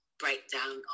breakdown